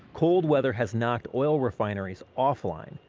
cold weather has knocked oil refineries offline,